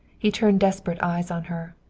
he turned desperate eyes on her.